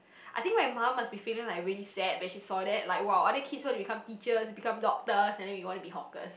I think my mum must be feeling like really sad when she saw that like !wow! other kids wanna be teachers become doctors and then we wanna be hawkers